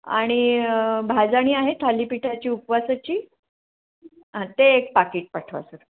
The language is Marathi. आणि भाजणी आहे थालीपिठाची उपवासाची ते एक पाकीट पाठवा सर